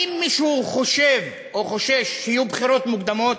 האם מישהו חושב או חושש שיהיו בחירות מוקדמות,